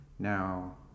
Now